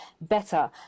better